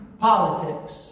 Politics